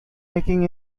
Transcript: making